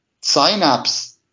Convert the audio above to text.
Synapse